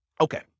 okay